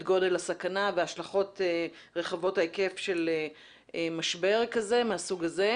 גודל הסכנה וההשלכות רחבות ההיקף של משבר מהסוג הזה,